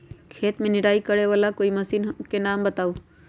खेत मे निराई करे वाला कोई मशीन के नाम बताऊ?